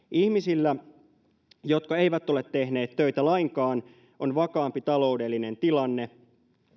ihmisillä jotka eivät ole tehneet töitä lainkaan on vakaampi taloudellinen tilanne